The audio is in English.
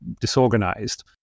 disorganized